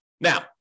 Now